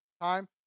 time